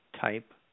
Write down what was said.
type